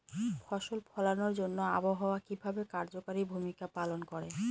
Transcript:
ফসল ফলানোর জন্য আবহাওয়া কিভাবে কার্যকরী ভূমিকা পালন করে?